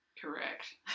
Correct